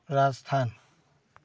Rajasthan